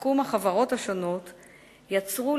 ותחכום החברות השונות יצרו,